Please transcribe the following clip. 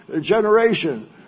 generation